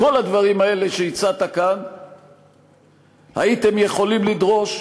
את כל הדברים האלה שהצעת כאן הייתם יכולים לדרוש.